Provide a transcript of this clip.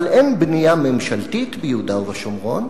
אבל אין בנייה ממשלתית ביהודה ושומרון.